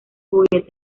juguete